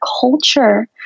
culture